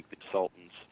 consultants